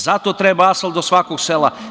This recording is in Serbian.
Zato treba asfalt do svakog sela.